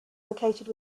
located